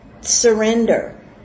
surrender